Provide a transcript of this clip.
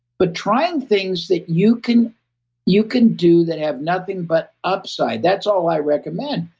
but trying things that you can you can do that have nothing but upside, that's all i recommend.